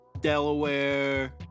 Delaware